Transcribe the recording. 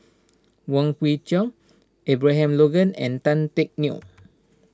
Wong Kwei Cheong Abraham Logan and Tan Teck Neo